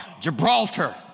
Gibraltar